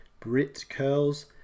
BritCurls